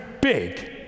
big